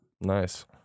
Nice